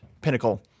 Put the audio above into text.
pinnacle